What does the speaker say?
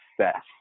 success